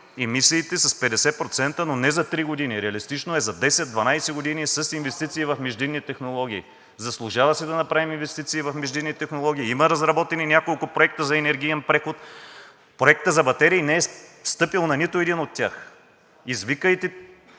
емисиите на 50%, но не за три години. Реалистично е за 10 – 12 години с инвестиции в междинни технологии. Заслужава си да направим инвестиции в междинни технологии. Има разработени няколко проекта за енергиен преход. Проектът за батерии не е стъпил на нито един от тях. Извикайте